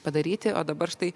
padaryti o dabar štai